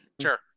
sure